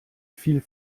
viel